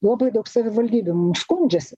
labai daug savivaldybių skundžiasi